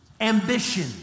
ambition